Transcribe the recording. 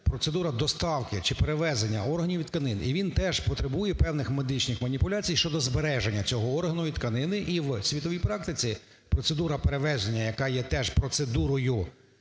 процедура доставки чи перевезення органів і тканин, і він теж потребує певних медичних маніпуляцій щодо збереження цього органу і тканини. І в світовій практиці процедура перевезення, яка є теж процедурою,